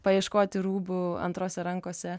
paieškoti rūbų antrose rankose